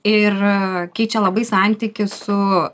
ir keičia labai santykį su